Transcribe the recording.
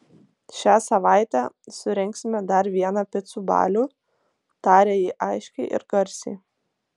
šią savaitę surengsime dar vieną picų balių tarė ji aiškiai ir garsiai